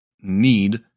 need